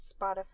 Spotify